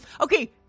Okay